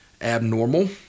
abnormal